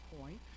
point